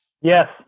yes